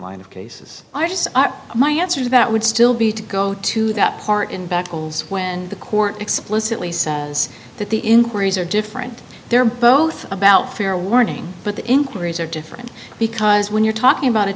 line of cases i just my answer to that would still be to go to that part in battles when the court explicitly says that the inquiries are different they're both about fair warning but the inquiries are different because when you're talking about